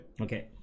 Okay